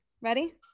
ready